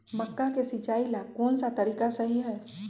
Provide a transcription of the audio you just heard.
मक्का के सिचाई ला कौन सा तरीका सही है?